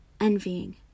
envying